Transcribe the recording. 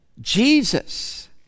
Jesus